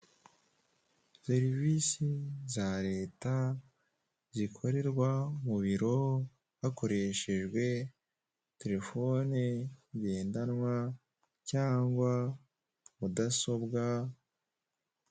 Serivisi za leta zikorerwa mu biro hakoreshejwe terefone ngendanwa cyangwa mudasobwa.